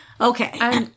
okay